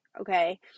okay